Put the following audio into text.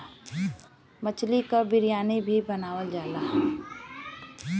मछली क बिरयानी भी बनावल जाला